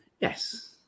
yes